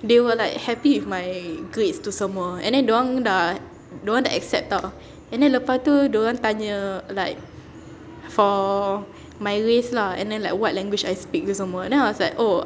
they were like happy with my grades tu semua and then dorang dah dorang accept [tau] and then lepas tu dorang tanya like for my race lah and then like what language I speak tu semua then I was like oh